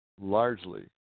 largely